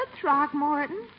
Throckmorton